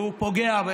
והוא פוגע,